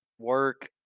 work